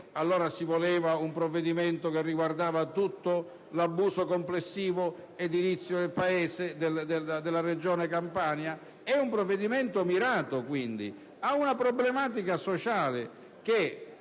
Allora, si voleva un provvedimento che riguardava tutto l'abuso edilizio complessivo nella Regione Campania? È un provvedimento mirato; ha una problematica sociale che,